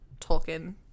Tolkien